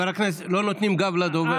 לא נותנים גב לדובר.